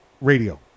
radio